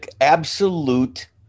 absolute